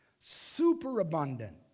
superabundant